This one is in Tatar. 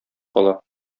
кала